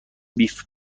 بیف